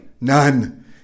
None